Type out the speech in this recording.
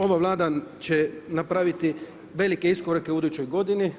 Ova Vlada će napraviti velike iskorake u idućoj godini.